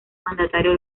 mandatario